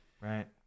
right